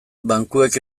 bankuek